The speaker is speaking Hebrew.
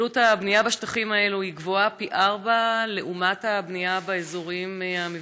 עלות הבנייה בשטחים האלו גבוהה פי-ארבעה לעומת הבנייה באזורים המבונים.